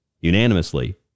unanimously